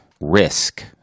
risk